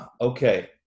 Okay